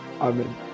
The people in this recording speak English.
amen